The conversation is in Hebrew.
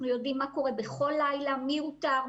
אנחנו יודעים מה קורה בכל לילה - מי אותר,